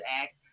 Act